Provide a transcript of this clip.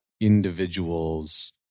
individual's